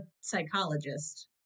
psychologist